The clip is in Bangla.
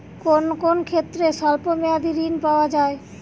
কোন কোন ক্ষেত্রে স্বল্প মেয়াদি ঋণ পাওয়া যায়?